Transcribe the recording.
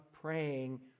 praying